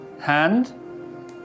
Hand